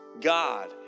God